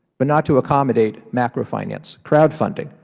but not to accommodate macro finance crowdfunding.